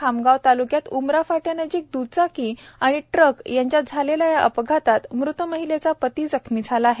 खामगाव ताल्क्यात उमरा फाट्यानजीक दुचाकी आणि ट्रक यांच्यात झालेल्या या अपघातात मृत महिलेचा पती जखमी झाला आहे